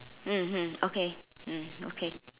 mmhmm okay mm okay